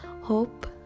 hope